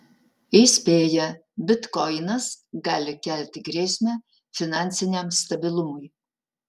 įspėja bitkoinas gali kelti grėsmę finansiniam stabilumui